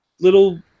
little